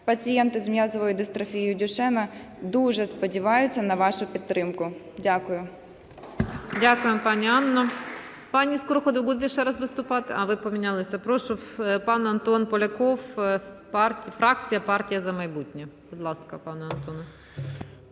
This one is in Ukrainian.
Пацієнти з м'язовою дистрофією Дюшена дуже сподіваються на вашу підтримку. Дякую.